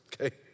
okay